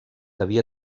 havia